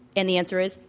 and the answer is,